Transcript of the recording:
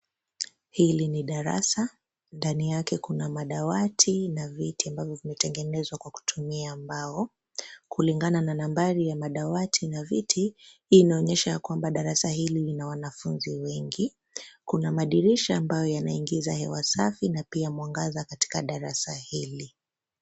Hili ni darasa, ndani yake kuna madawati na viti ambavyo vimetengenezwa kwa kutumia mbao. Kulingana na nambari ya madawati na viti, hii inaonyesha ya kwamba darasa hili lina wanafunzi wengi. Kuna madirisha ambayo yanaingisha hewa safi na pia mwangaza katika darasa hili.